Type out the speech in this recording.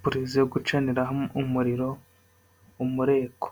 purize yo gucaniraho umuriro, umureko.